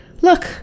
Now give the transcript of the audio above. Look